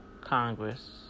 Congress